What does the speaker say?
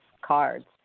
cards